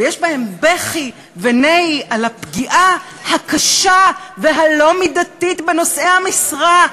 ויש בהם בכי ונהי על "הפגיעה הקשה והלא-מידתית" בנושאי המשרה.